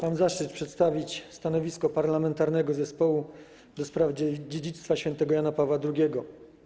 Mam zaszczyt przedstawić stanowisko Parlamentarnego Zespołu ds. Dziedzictwa Świętego Jana Pawła II.